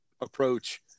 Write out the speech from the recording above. approach